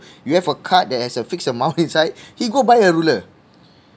you have a card that has a fixed amount inside he go buy a ruler